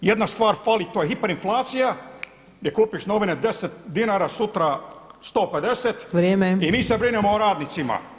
Jedna stvar fali, to je hiper inflacija gdje kupiš novine 10 dinara, sutra 150 i mi se brinemo o radnicima.